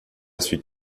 suite